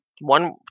One